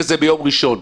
שיטפלו בזה ביום ראשון.